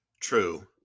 True